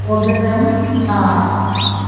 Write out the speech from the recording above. orgasm छा आहे